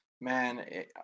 man